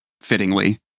fittingly